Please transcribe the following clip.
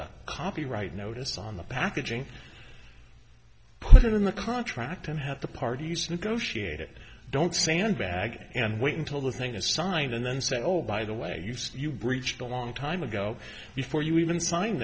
the copyright notice on the packaging put it in the contract and have the parties negotiate it don't sandbag and wait until the thing is signed and then say oh by the way you say you breached a long time ago before you even signe